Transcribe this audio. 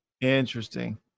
interesting